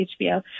HBO